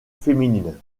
féminine